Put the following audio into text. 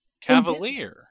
Cavalier